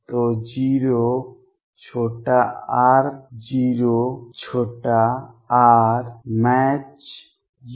तो 0r0R match ur→ur→